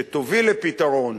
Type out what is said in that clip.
שתוביל לפתרון,